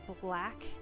black